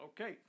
Okay